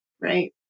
Right